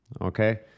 Okay